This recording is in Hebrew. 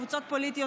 קבוצות פוליטיות,